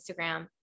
instagram